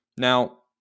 Now